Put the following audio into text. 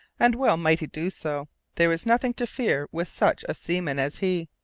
and well might he do so there was nothing to fear with such a seaman as he.